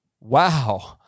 Wow